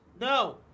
No